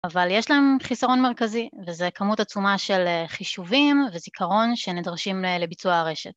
אבל יש להם חיסרון מרכזי וזו כמות עצומה של חישובים וזיכרון שנדרשים לביצוע הרשת.